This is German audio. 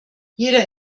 jeder